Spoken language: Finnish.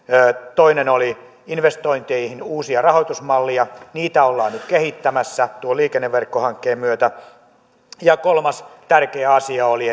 toinen oli investointeihin uusia rahoitusmalleja niitä ollaan nyt kehittämässä tuon liikenneverkkohankkeen myötä kolmas tärkeä asia oli